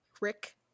Rick